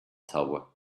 tower